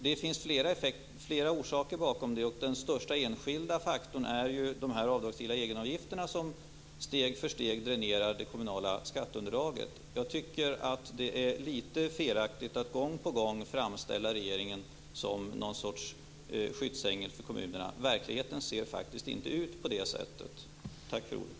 Det finns flera orsaker till det. Den största enskilda faktorn är ju de avdragsgilla egenavgifter som steg för steg dränerar det kommunala skatteunderlaget. Jag tycker att det är litet felaktigt att gång på gång framställa regeringen som någon sorts skyddsängel för kommunerna. Verkligheten ser faktiskt inte ut på det sättet. Tack för ordet.